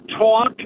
talk